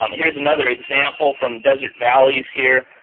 um here's another example from desert valleys here.